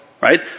right